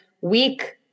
week